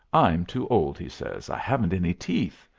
i'm too old, he says i haven't any teeth.